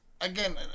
Again